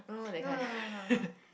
no no no no no no